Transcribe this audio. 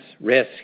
risk